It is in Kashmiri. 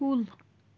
کُل